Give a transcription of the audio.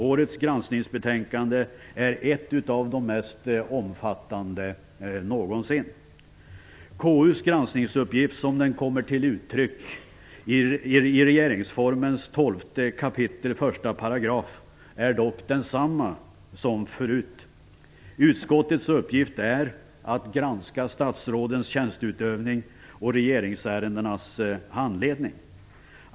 Årets granskningsbetänkande är ett av de mest omfattande någonsin. KU:s granskningsuppgift som den kommer till uttryck i regeringsformen 12 kap. 1 § är dock densamma som förut. Utskottets uppgift är att granska statsrådens tjänsteutövning och regeringsärendenas handledning.